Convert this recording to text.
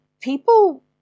people